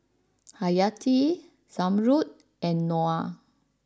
Hayati Zamrud and Noah